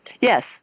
Yes